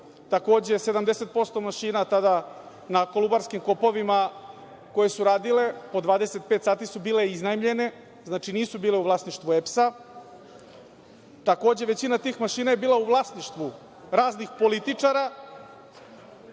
Takođe, 75% mašina tada na Kolubarskim kopovima koje su radile po 25 sati su bile iznajmljene. Znači, nisu bile u vlasništvu EPS. Takođe većina tih mašina je bila u vlasništvu raznih političara